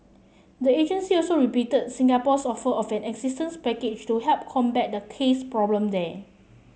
the agency also repeated Singapore's offer of an assistance package to help combat the case problem there